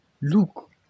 Look